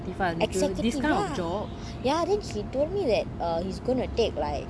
executive ya ya then he told me that err he's going to take like